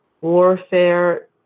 warfare